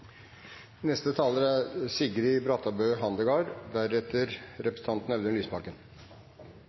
Neste replikant er representanten Audun Lysbakken,